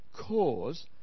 cause